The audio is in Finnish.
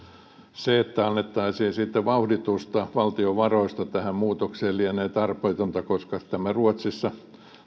se että annettaisiin sitten vauhditusta valtion varoista tähän muutokseen lienee tarpeetonta koska tämä ruotsissa